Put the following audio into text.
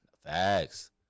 facts